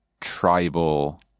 tribal